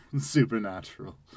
supernatural